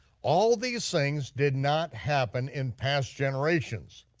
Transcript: all these things did not happen in past generations,